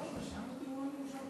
מי הגיש,